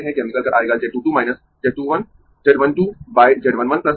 यह निकल कर आयेगा Z 2 2 Z 2 1 Z 1 2 Z 1 1 R s